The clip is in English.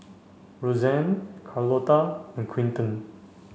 Roseanne Carlota and Quintin